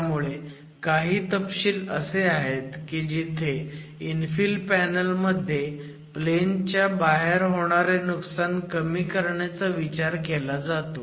त्यामुळे काही तपशील असे आहेत की जिथे इन्फिल पॅनल मध्ये प्लॅनच्या बाहेर होणारे नुकसान कमी करण्याचा विचार केला जातो